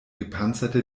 gepanzerte